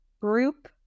group